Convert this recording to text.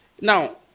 Now